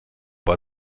war